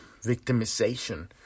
victimization